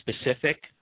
specific